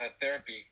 therapy